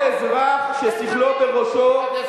כל אזרח ששכלו בראשו, אתם גנבים.